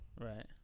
right